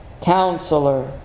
Counselor